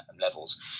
levels